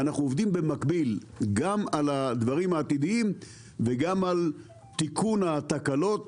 ואנחנו עובדים במקביל גם על הדברים העתידיים וגם על תיקון התקלות